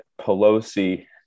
Pelosi